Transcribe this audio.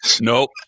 Nope